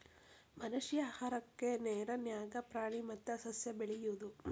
ಮನಷ್ಯಾ ಆಹಾರಕ್ಕಾ ನೇರ ನ್ಯಾಗ ಪ್ರಾಣಿ ಮತ್ತ ಸಸ್ಯಾ ಬೆಳಿಯುದು